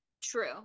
true